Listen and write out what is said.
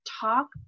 talk